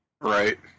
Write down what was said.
Right